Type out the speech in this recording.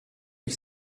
ich